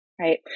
right